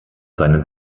seinen